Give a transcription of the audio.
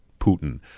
Putin